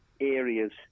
areas